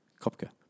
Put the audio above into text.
Kopke